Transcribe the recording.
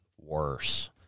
worse